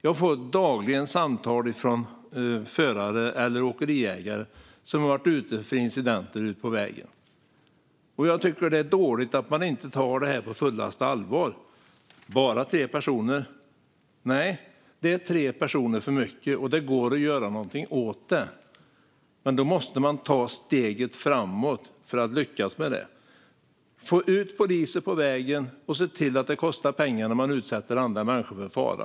Jag får dagligen samtal från förare eller åkeriägare som har varit utsatta för incidenter ute på vägen. Jag tycker att det är dåligt att regeringen inte tar detta på fullaste allvar. Bara tre personer, nej - det är tre personer för mycket. Det går att göra någonting åt detta, men man måste ta steget framåt för att lyckas med det. Vi måste få ut poliser på vägen och se till att det kostar pengar när man utsätter andra människor för fara.